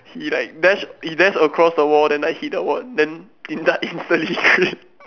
he like dash he dash across the wall then like hit the ward then Din-Tat instantly quit